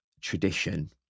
tradition